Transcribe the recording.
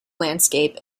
landscape